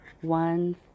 one